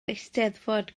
eisteddfod